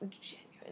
genuine